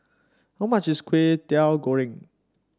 how much is Kway Teow Goreng